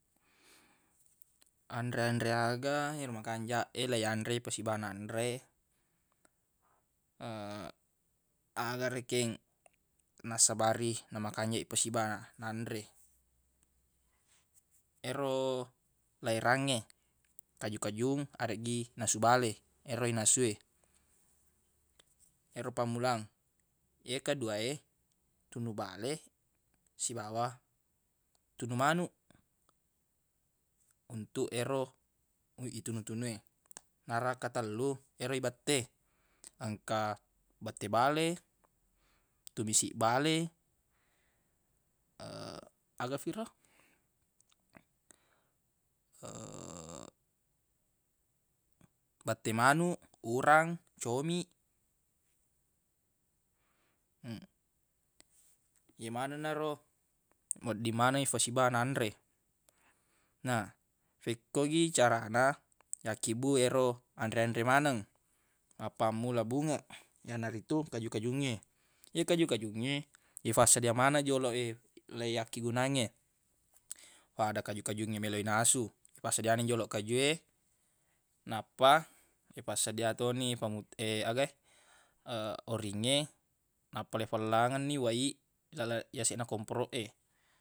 anre-anre aga ero makanjaq e leiyanre siba nanre aga rekeng nassabari namakanjaq ipasiba nanre ero leirangnge kaju-kajung areggi nasu bale ero inasu e ero pammulang ye kedua e tunu bale sibawa tunu manuq untuq ero itunu-tunu e nara katellu ero ibette engka bette bale tumisi bale agafi ro bette manuq urang comiq ye manenna ro wedding maneng ifasiba nanre na fekko gi carana yakkibbu ero anre-anre maneng mappammula bungeq yanaritu kaju-kajungnge ye kaju-kajungnge ifassedia manengngi joloq ye leiyakkegunangnge fada kaju-kajungnge meloq inasu iafassedia ni joloq kaju e nappa ifassedia toni famut- aga e oringnge nappa leifellangenni wai lale- yaseq na komporoq e